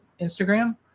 Instagram